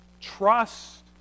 Trust